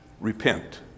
Repent